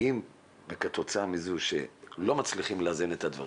האם כתוצאה מזה שלא מצליחים לאזן את הדברים,